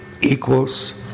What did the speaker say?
equals